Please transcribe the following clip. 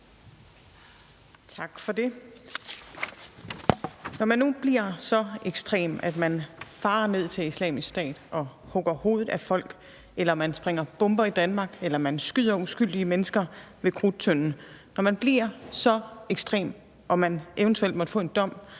Tak for det. Når man nu bliver så ekstrem, at man farer ned til Islamisk Stat og hugger hovedet af folk, eller man sprænger bomber i Danmark, eller man skyder uskyldige mennesker ved Krudttønden, når man bliver så ekstrem og man eventuelt måtte få en dom